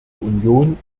union